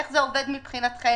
איך זה עובד מבחינתכם?